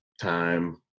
time